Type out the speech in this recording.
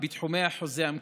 בתחומי החוזה המקורי.